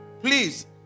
Please